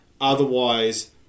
Otherwise